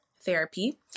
therapy